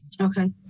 Okay